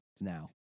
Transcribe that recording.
now